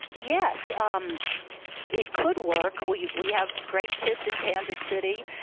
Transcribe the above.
yes, um it could work. we we have great kids in kansas city.